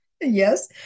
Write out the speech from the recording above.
Yes